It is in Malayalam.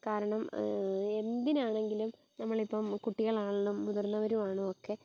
കാരണം എന്തിനാണെങ്കിലും നമ്മളിപ്പം കുട്ടികളാണേലും മുതിർന്നവർ ആണേലും ഒക്കെ